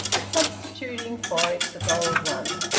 substituting for it the gold one.